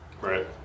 Right